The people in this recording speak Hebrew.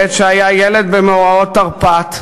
בעת שהיה ילד, במאורעות תרפ"ט,